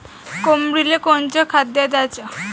कोंबडीले कोनच खाद्य द्याच?